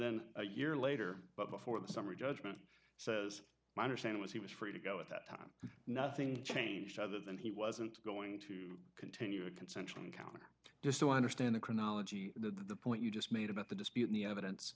then a year later but before the summary judgment says my understanding was he was free to go at that time nothing changed other than he wasn't going to continue a consensual encounter just so i understand the chronology the point you just made about the dispute the evidence